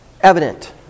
evident